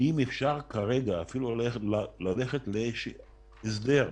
האם אפשר כרגע אפילו ללכת לאיזשהו הסדר.